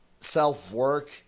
Self-work